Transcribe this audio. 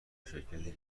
شرکتی